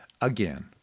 Again